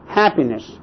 happiness